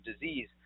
disease